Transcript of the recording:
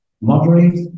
moderate